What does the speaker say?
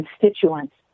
constituents